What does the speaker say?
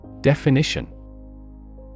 Definition